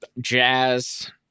Jazz